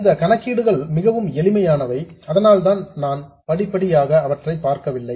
இந்த கணக்கீடுகள் மிகவும் எளிமையானவை அதனால்தான் நான் படிப்படியாக அவற்றை பார்க்கவில்லை